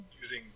using